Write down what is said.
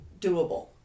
doable